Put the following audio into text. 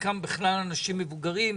חלקם בכלל אנשים מבוגרים.